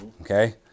okay